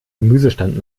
gemüsestand